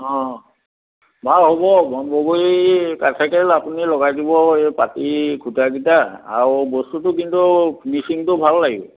অ ভাল হ'ব বন বগৰি কাঠকে আপুনি লগাই দিব এই পাতি খুঁটা কেইটা আৰু বস্তুটো কিন্তু মিচিংটো ভাল লাগিব